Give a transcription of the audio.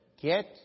get